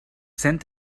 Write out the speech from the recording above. cent